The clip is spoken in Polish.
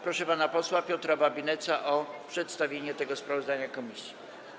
Proszę pana posła Piotra Babinetza o przedstawienie tego sprawozdania komisji.